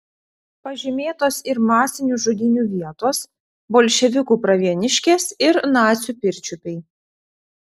pažymėtos ir masinių žudynių vietos bolševikų pravieniškės ir nacių pirčiupiai